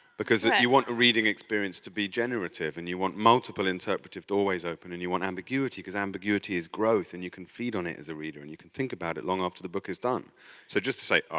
because if you want a reading experience to be generative and you want multiple interpretive to always open and you want ambiguity cause ambiguity is growth and you can feed on it as a reader and you can think about it long after the book is done. so just to say, oh,